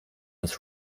das